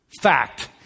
Fact